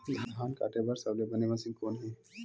धान काटे बार सबले बने मशीन कोन हे?